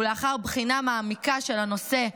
ולאחר בחינה מעמיקה של הנושא,